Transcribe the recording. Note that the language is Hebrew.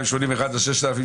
אני גם רוצה לדעת.